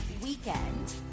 weekend